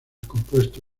compuesto